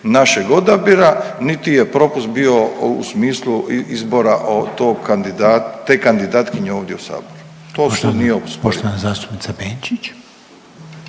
našeg odabira, niti je propust bio u smislu izbora te kandidatkinje ovdje u Saboru. **Reiner,